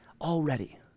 already